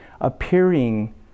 appearing